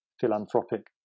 philanthropic